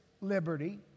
liberty